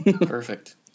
Perfect